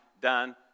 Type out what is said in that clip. done